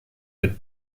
mit